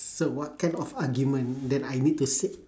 so what kind of argument then I need to see